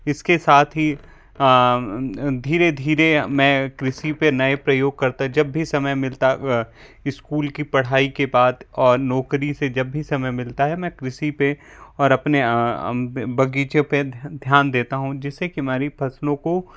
इसके साथ ही धीरे धीरे मैं कृषि पे नए प्रयोग करता जब भी समय मिलता स्कूल की पढ़ाई के बाद और नौकरी से जब भी समय मिलता है मैं कृषि पे और अपने बगीचे पे ध्यान देता हूँ जिससे कि हमारी फसलों को